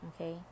okay